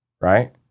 Right